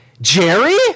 Jerry